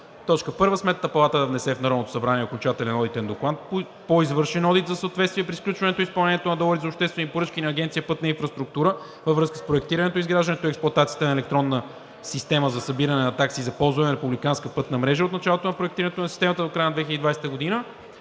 РЕШИ: 1. Сметната палата да внесе в Народното събрание окончателен одитен доклад по извършен одит за съответствие при сключването и изпълнението на договорите за обществени поръчки на Агенция „Пътна инфраструктура“ във връзка с проектирането, изграждането и експлоатацията на електронна система за събиране на такси за ползване на републиканска пътна мрежа от началото на проектирането на системата до края на 2020 г.